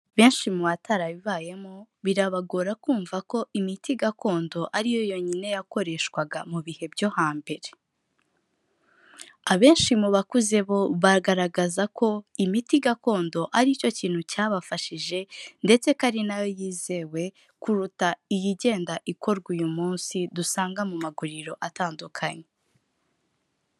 Benshi mu batari bibayemo birabagora kumva ko imiti gakondo ari yo yonyine yakoreshwaga mu bihe byo hambere. Abenshi mu bakuze bo bagaragaza ko imiti gakondo aricyo kintu cyabafashije ndetse ko ari na yo yizewe, kuruta iyi igenda ikorwa uyu munsi dusanga mu maguriro atandukanye.